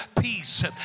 peace